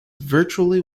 virtually